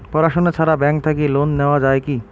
পড়াশুনা ছাড়া ব্যাংক থাকি লোন নেওয়া যায় কি?